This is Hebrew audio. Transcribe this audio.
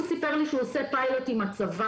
הוא סיפר לי שהוא עושה פיילוט עם הצבא